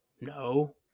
No